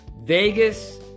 Vegas